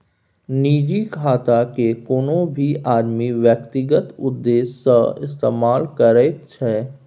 निजी खातेकेँ कोनो भी आदमी व्यक्तिगत उद्देश्य सँ इस्तेमाल करैत छै